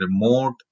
remote